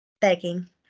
begging